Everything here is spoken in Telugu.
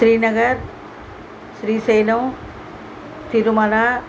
శ్రీనగర్ శ్రీశైలం తిరుమల